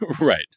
Right